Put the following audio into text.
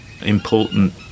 important